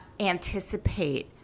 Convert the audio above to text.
anticipate